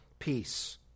Peace